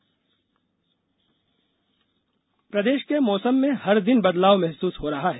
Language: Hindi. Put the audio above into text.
मौसम प्रदेश कें मौसम में हर दिन बदलाव महसूस हो रहा है